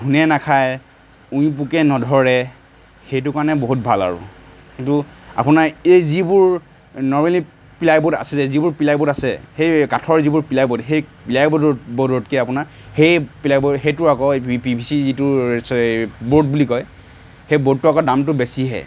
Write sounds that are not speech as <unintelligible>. ঘূণে নাখায় উঁই পোকে নধৰে সেইটোৰ কাৰণে বহুত ভাল আৰু কিন্তু আপোনাৰ এই যিবোৰ নৰমেলি প্লাই বৰ্ড আছে যে যিবোৰ প্লাই বৰ্ড আছে সেই কাঠৰ যিবোৰ প্লাই বৰ্ড সেই প্লাই বৰ্ড বৰ্ডতকৈ আপোনাৰ সেই প্লাই বৰ্ড সেইটোৰ আকৌ পি পি ভি চি যিটোৰ <unintelligible> বৰ্ড বুলি কয় সেই বৰ্ডটোৰ আকৌ দামটো বেছিহে